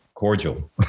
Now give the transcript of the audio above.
Cordial